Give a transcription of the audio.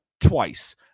twice